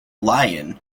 lion